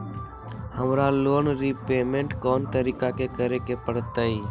हमरा loan repayment कोन तारीख के करे के परतई?